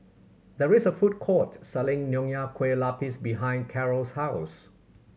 there is a food court selling Nonya Kueh Lapis behind Karol's house